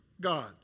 God